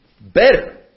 better